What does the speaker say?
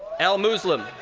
al-muslin.